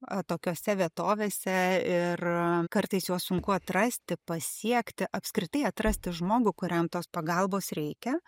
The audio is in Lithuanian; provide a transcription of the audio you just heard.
atokiose vietovėse ir kartais juos sunku atrasti pasiekti apskritai atrasti žmogų kuriam tos pagalbos reikia